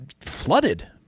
flooded